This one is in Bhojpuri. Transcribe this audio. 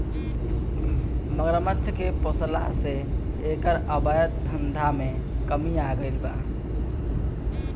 मगरमच्छ के पोसला से एकर अवैध धंधा में कमी आगईल बा